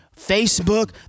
facebook